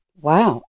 Wow